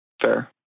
Fair